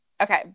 Okay